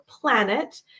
planet